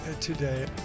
today